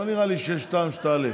לא נראה לי שיש טעם שתעלה.